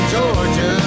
Georgia